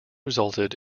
resulted